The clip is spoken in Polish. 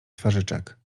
twarzyczek